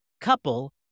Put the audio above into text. couple